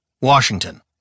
Washington